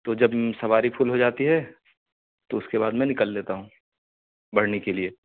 تو جب سواری فل ہو جاتی ہے تو اس کے بعد میں نکل لیتا ہوں بڑھنی کے لیے